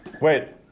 Wait